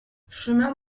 chemin